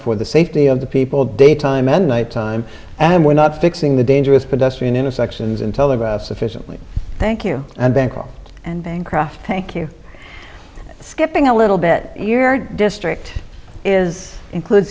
for the safety of the people daytime and nighttime and we're not fixing the dangerous pedestrian intersections and telegraph sufficiently thank you and bankroll and craft thank you skipping a little bit your district is includes